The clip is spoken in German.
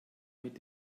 mit